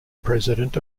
president